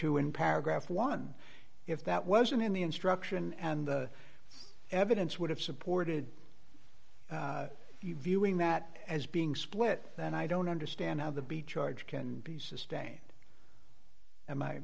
to in paragraph one if that wasn't in the instruction and the evidence would have supported you viewing that as being split then i don't understand how the be charge can be sustained